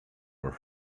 were